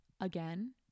again